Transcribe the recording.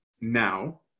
now